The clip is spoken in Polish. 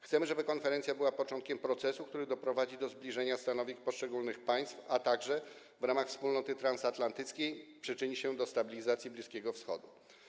Chcemy, żeby konferencja była początkiem procesu, który doprowadzi do zbliżenia stanowisk poszczególnych państw, a także, w ramach wspólnoty transatlantyckiej, przyczyni się do stabilizacji Bliskiego Wschodu.